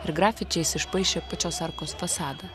ir grafičiais išpaišė pačios arkos fasadą